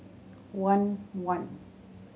one one